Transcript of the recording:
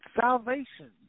salvation